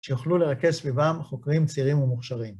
שיכלו לרכז סביבם חוקרים צעירים ומוכשרים.